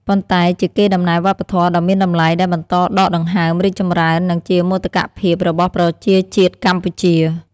ប៉ុន្តែជាកេរដំណែលវប្បធម៌ដ៏មានតម្លៃដែលបន្តដកដង្ហើម រីកចម្រើន និងជាមោទកភាពរបស់ប្រជាជាតិកម្ពុជា។